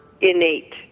innate